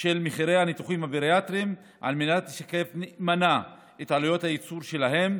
של מחירי הניתוחים הבריאטריים על מנת לשקף נאמנה את העלויות שלהם.